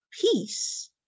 peace